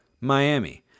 Miami